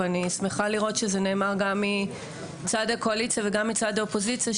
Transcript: ואני שמחה לראות שזה נאמר גם מצד הקואליציה וגם מצד האופוזיציה,